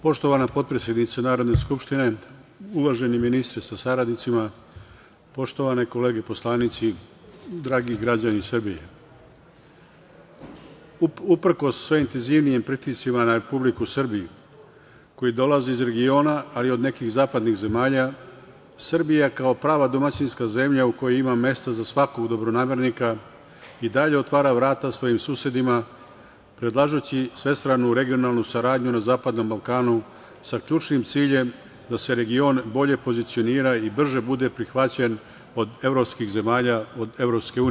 Poštovana potpredsednice Narodne skupštine, uvaženi ministre, sa saradnicima, poštovane kolege poslanici, dragi građani Srbije, uprkos sve intenzivnijim pritiscima na Republiku Srbiju, koji dolaze iz regiona, ali i od nekih zapadnih zemalja, Srbija kao prava domaćinska zemlja u kojoj ima mesta za svakog dobronamernika i dalje otvara vrata svojim susedima, predlažući svestranu regionalnu saradnju na zapadnom Balkanu, a sa ključnim ciljem da se region bolje pozicionira i brže bude prihvaćen od evropskih zemalja, od EU.